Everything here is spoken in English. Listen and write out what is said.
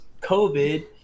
covid